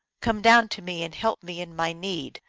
come down to me and help me in my need!